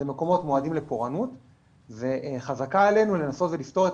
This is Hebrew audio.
אלה מקומות מועדים לפורענות וחזקה עלינו לנסות ולפתור את